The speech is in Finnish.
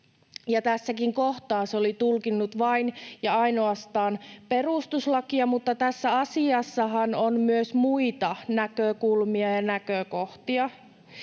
tässäkin kohtaa se oli tulkinnut vain ja ainoastaan perustuslakia, mutta tässä asiassahan on myös muita näkökulmia ja näkökohtia.